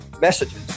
messages